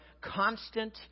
constant